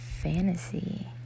fantasy